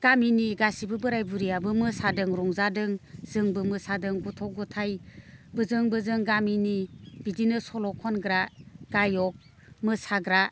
गामिनि गासैबो बोराइ बुरियाबो मोसादों रंजादों जोंबो मोसादों गथ' गथाइ बेजों बैजों गामिनि बिदिनो सल' खनग्रा गाय'क मोसाग्रा